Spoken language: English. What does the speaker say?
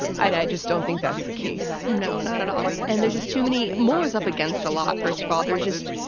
i just don't think that's the case. no, not at all. and there's just too many mueller's up against a lot. first of all, there's just,